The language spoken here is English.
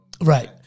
Right